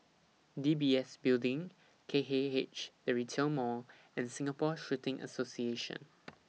D B S Building K K H The Retail Mall and Singapore Shooting Association